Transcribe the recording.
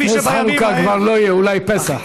נס חנוכה כבר לא יהיה, אולי פסח.